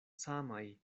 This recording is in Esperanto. samaj